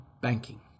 banking